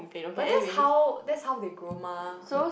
but that's how that's how they grow mah